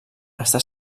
està